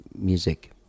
music